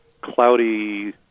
cloudy